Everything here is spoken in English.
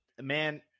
Man